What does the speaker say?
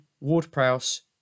Ward-Prowse